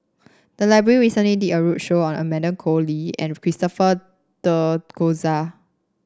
the library recently did a roadshow on Amanda Koe Lee and Christopher De